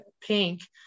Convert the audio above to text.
pink